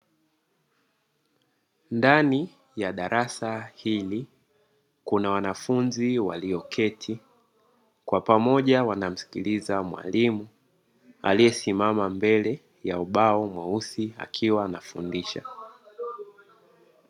Ndani ya darasa hili kuna wanafunzi walioketi kwa pamoja wanamsikiliza mwalimu aliesimama mbele ya ubao mweusi akiwa anafundisha.